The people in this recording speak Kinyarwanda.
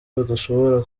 badashobora